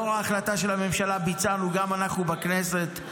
לאור ההחלטה של הממשלה, ביצענו, גם אנחנו בכנסת,